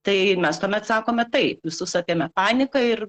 tai mes tuomet sakome taip visus apėmė panika ir